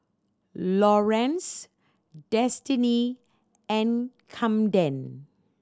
Lawerence Destiny and Camden